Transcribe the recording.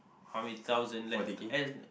how many thousand like and